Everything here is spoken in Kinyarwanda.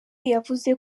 yavuze